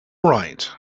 right